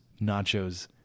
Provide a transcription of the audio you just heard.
nachos